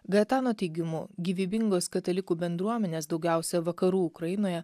gajetano teigimu gyvybingos katalikų bendruomenės daugiausiai vakarų ukrainoje